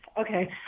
Okay